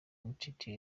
umtiti